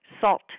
salt